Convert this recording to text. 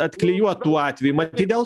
atklijuot tų atvejų matyt dėl